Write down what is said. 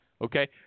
okay